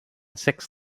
six